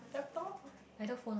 laptop